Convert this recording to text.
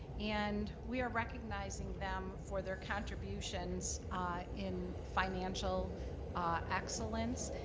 and we are recognizing them for their contributions in financial excellence.